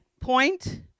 point